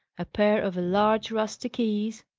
a pair of large rusty keys,